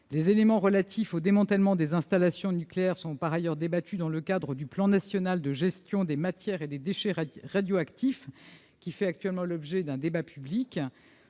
Les éléments relatifs aux installations nucléaires sont par ailleurs débattus dans le cadre du Plan national de gestion des matières et des déchets radioactifs, qui fait actuellement l'objet d'un débat public.